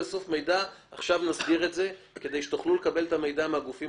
אנחנו נסדיר ככה שתוכלו לקבל מידע מהגופים